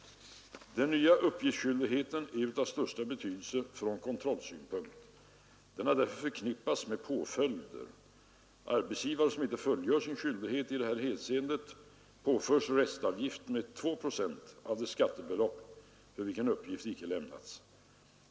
Den nya uppgiftsskyldigheten är av största betydelse från kontrollsynpunkt. Den har därför förknippats med påföljder. Arbetsgivare som inte fullgör sin skyldighet i detta hänseende påförs restavgift med 2 procent av det skattebelopp för vilket uppgift inte lämnats.